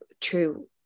true